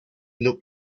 look